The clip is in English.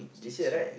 this year right